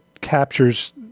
captures